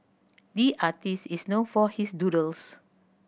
the artist is known for his doodles